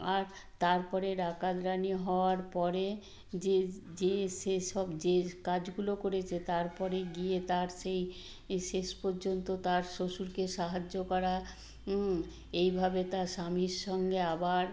আর তারপরে ডাকাত রানী হওয়ার পরে যে যে সে সব যে কাজগুলো করেছে তারপরে গিয়ে তার সেই শেষ পর্যন্ত তার শ্বশুরকে সাহায্য করা এইভাবে তার স্বামীর সঙ্গে আবার